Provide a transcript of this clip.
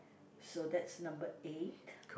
so that's number eight